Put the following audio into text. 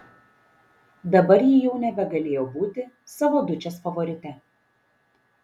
dabar ji jau nebegalėjo būti savo dučės favorite